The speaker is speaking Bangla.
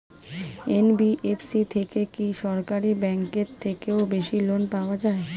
এন.বি.এফ.সি থেকে কি সরকারি ব্যাংক এর থেকেও বেশি লোন পাওয়া যায়?